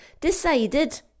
decided